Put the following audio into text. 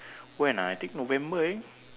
when ah I think November already